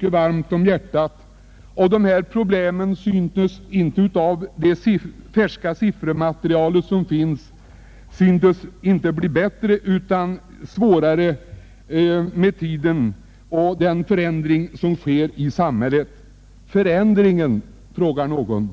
Det problem som jag då tar upp synes av tillgängligt färskt siffermaterial att döma inte bli enklare utan tvärtom svårare allteftersom tiden går och samhället förändras. Vilken förändring, kanske någon frågar.